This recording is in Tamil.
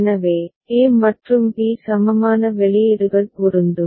எனவே a மற்றும் b சமமான வெளியீடுகள் பொருந்தும்